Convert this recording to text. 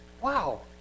Wow